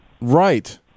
Right